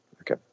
Okay